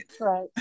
right